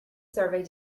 survey